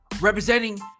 Representing